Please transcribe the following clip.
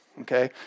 okay